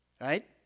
Right